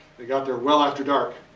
they got there well after dark.